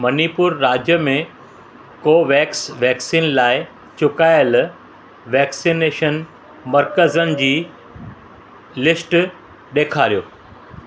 मणिपुर राज्य में Covax vaccine लाइ चुकाइल वैक्सनेशन मर्कज़नि जी लिस्ट ॾेखारियो